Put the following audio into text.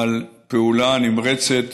על פעולה נמרצת,